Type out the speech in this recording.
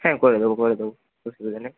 হ্যাঁ করে দেবো করে দেবো অসুবিধা নেই